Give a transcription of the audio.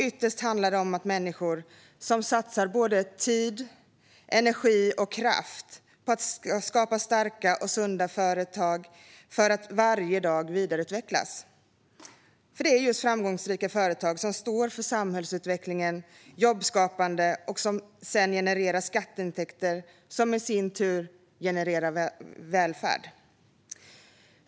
Ytterst handlar det om människor som satsar tid, energi och kraft på att skapa starka och sunda företag som varje dag vidareutvecklas. Det är just framgångsrika företag som står för samhällsutveckling och jobbskapande och som genererar skatteintäkter, som i sin tur genererar välfärd.